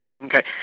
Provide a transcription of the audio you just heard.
Okay